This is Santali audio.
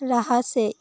ᱞᱟᱦᱟ ᱥᱮᱫ